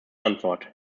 antwort